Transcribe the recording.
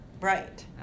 right